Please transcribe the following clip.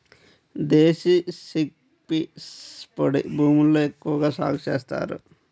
దేశీ chickpeas పొడి భూముల్లో ఎక్కువగా సాగు చేస్తారు